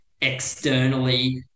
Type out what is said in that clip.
externally